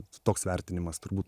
toks vertinimas turbūt